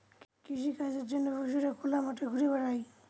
কৃষিকাজের জন্য পশুরা খোলা মাঠে ঘুরা বেড়ায়